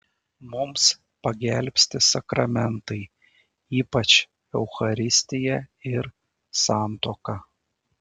mums pagelbsti sakramentai ypač eucharistija ir santuoka